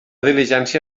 diligència